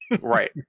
right